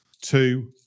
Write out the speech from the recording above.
Two